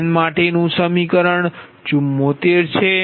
n માટેનું સમીકરણ 74 છે